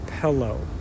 pillow